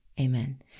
amen